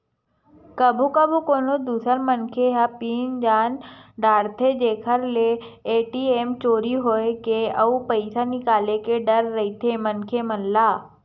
कभू कभू कोनो दूसर मनखे ह पिन जान डारथे जेखर ले ए.टी.एम चोरी होए के अउ पइसा निकाले के डर रहिथे मनखे मन ल